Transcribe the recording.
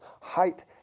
height